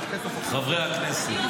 חברי הכנסת,